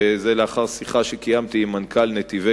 וזה לאחר שיחה שקיימתי עם מנכ"ל "נתיבי